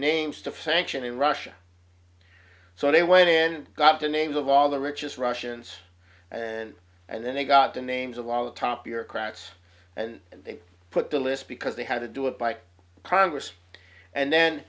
names to franklin in russia so they went and got the names of all the richest russians and and then they got the names of all the top bureaucrats and they put the list because they had to do it by progress and then